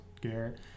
garrett